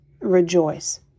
rejoice